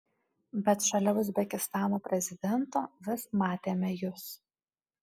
bet šalia uzbekistano prezidento vis matėme jus